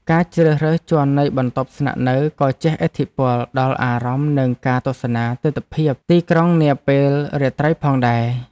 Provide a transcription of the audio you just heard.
ការជ្រើសរើសជាន់នៃបន្ទប់ស្នាក់នៅក៏ជះឥទ្ធិពលដល់អារម្មណ៍និងការទស្សនាទិដ្ឋភាពទីក្រុងនាពេលរាត្រីផងដែរ។